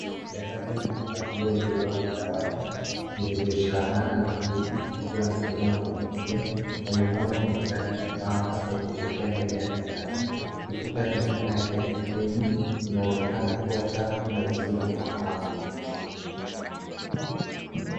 Darasa lina mpangilio mzuri wa madawati vilivyoshikamana na viti vikiwa na sehemu ya kuandikia, yamepangwa kwa mstari sambamba yakielekea mbele ya darasa. Ukuta ni wa rangi ya krimu unaonekana kuwa safi na usio na mapambo.